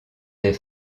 des